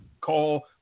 call